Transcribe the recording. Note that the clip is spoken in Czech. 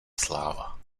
sláva